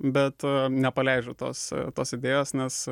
bet nepaleidžiu tos tos idėjos nes